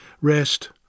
Rest